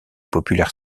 populaires